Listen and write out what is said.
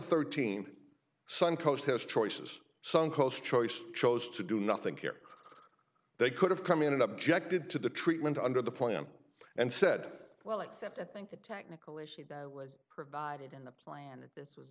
thirteen suncoast has choices suncoast choice chose to do nothing here they could have come in and objected to the treatment under the plan and said well except at think the technical way she was provided in the plan this was